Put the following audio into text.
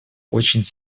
очень